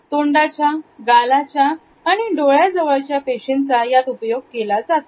तोंडाच्या गालाच्या आणि डोळ्या जवळच्या पेशींचा यात उपयोग केला जातो